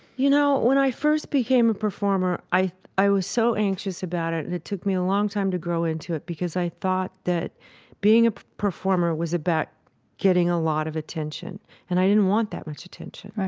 you know when i first became a performer, i i was so anxious about it and it took me a long time to grow into it, because i thought that being a performer was about getting a lot of attention and i didn't want that much attention.